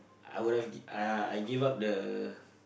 I would have give uh I give up the